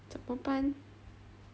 怎么办